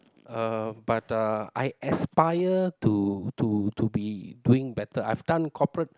uh but uh I aspire to to to be doing better I've done corporate